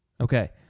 Okay